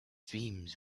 dreams